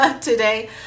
today